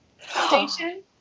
station